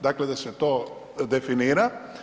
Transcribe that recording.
Dakle, da se to definira.